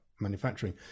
manufacturing